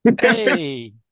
Hey